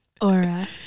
aura